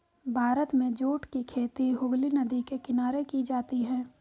भारत में जूट की खेती हुगली नदी के किनारे की जाती है